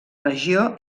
regió